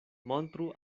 montru